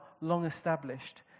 long-established